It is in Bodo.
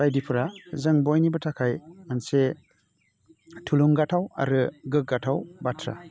बायदिफ्रा जों बायनिबो थाखाय मोनसे थुलुंगाथाव आरो गोग्गाथाव बाथ्रा